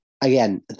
again